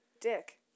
Dick